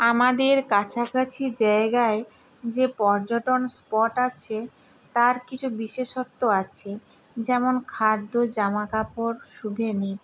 আমাদের কাছাকাছি জায়গায় যে পর্যটন স্পট আছে তার কিছু বিশেষত্ব আছে যেমন খাদ্য জামাকাপড় স্যুভেনির